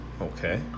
Okay